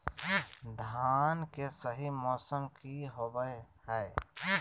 धान के सही मौसम की होवय हैय?